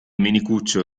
menicuccio